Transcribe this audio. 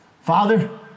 Father